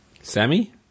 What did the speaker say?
Sammy